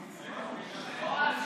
40,